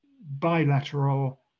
bilateral